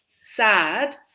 sad